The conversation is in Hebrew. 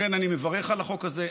לכן אני מברך על החוק הזה,